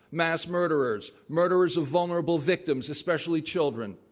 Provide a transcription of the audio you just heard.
mass murderers, murderers of vulnerable victims, especially children,